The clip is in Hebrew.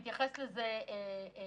יורם התייחס לזה בקצרה,